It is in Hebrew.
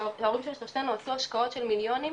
ההורים של שלושתנו עשו השקעות של מיליונים,